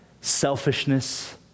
selfishness